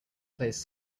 plays